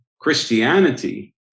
Christianity